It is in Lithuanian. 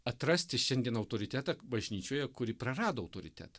atrasti šiandien autoritetą bažnyčioje kuri prarado autoritetą